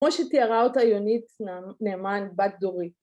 ‫כמו שתיארה אותה יונית נאמן, בת דורי.